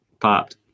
popped